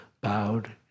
bowed